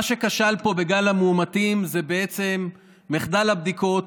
מה שכשל פה בגל המאומתים זה בעצם מחדל הבדיקות,